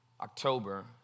October